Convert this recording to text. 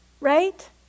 right